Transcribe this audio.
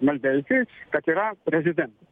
maldeikiui kad yra prezidentas